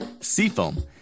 Seafoam